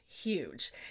huge